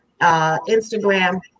Instagram